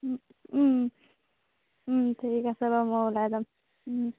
ঠিক আছে বাৰু মই ওলাই যাম